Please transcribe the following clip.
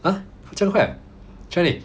!huh! 这样快 ah